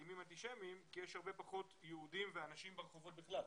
כך כי יש הרבה פחות יהודים ואנשים ברחובות בכלל.